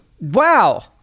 wow